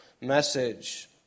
message